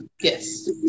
yes